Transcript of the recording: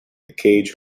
cage